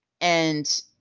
And-